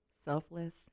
Selfless